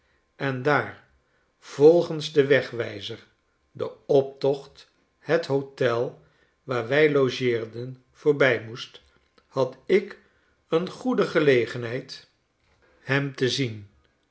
en daar volgens den wegwijzer de optocht het hotel waar wij logeerden voorbij moest had ik een goede gelegenheid